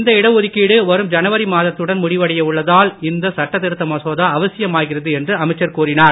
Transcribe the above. இந்த இடஒதுக்கீடு வரும் ஜனவரி மாதத்துடன் முடிவடைய உள்ளதால் இந்த சட்ட திருத்த மசோதா அவசியமாகிறது என்று அமைச்சர் கூறினார்